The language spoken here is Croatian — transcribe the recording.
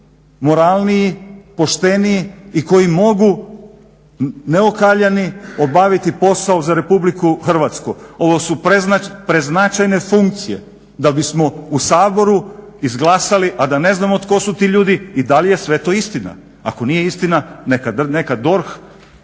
moralniji, pošteniji i koji mogu neokaljani obaviti posao za RH. Ovo su preznačajne funkcije da bismo u Saboru izglasali, a da ne znamo tko su ti ljudi i da li je sve to istina. Ako nije istina neka DORH